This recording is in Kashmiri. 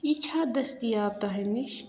یہِ چھا دٔستِیاب تۄہہِ نِش